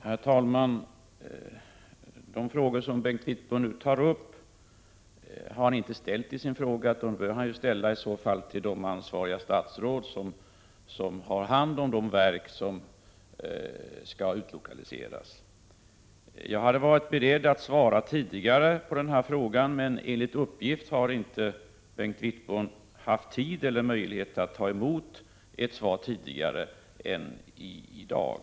Herr talman! De frågor som Bengt Wittbom nu tar upp har han inte ställt i sin fråga. Om han vill ta upp dem bör han ställa dem till de statsråd som är ansvariga för de verk som skall utlokaliseras. Jag hade varit beredd att svara tidigare på denna fråga, men enligt uppgift har Bengt Wittbom inte haft tid eller möjlighet att ta emot ett svar tidigare än i dag.